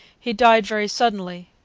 he died very suddenly,